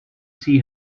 see